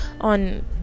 on